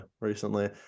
recently